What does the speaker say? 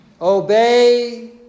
Obey